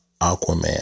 Aquaman